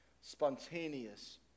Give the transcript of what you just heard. spontaneous